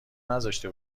نذاشته